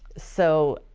so